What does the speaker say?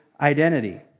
identity